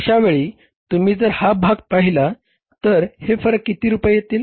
अशावेळी तुम्ही जर हा भाग पाहिला तर हे फरक किती रुपये येतील